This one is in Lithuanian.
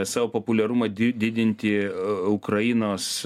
savo populiarumą di didinti ukrainos